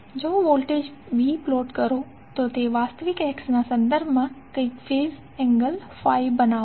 જો voltage V plot કરો તો તે વાસ્તવિક અક્ષના સંદર્ભમાં કંઇક ફેઝ એન્ગલ Phi બનાવશે